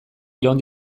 iraun